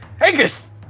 Angus